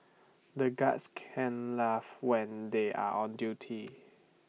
the guards can't laugh when they are on duty